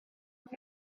mae